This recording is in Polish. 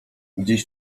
gdzieś